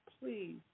please